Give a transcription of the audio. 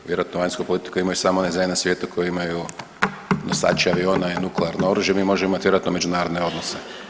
Vjerojatno vanjsku politiku imaju samo one zemlje na svijetu koje imaju nosače aviona i nuklearno oružje, mi možemo imati vjerojatno međunarodne odnose.